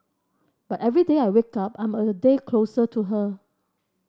but every day I wake up I'm a day closer to her